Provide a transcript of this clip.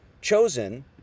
chosen